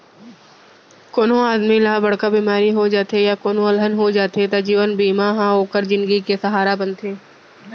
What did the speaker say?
कोनों आदमी ल बड़का बेमारी हो जाथे या कोनों अलहन हो जाथे त जीवन बीमा ह ओकर जिनगी के सहारा बनथे